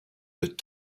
that